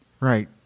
Right